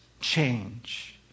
change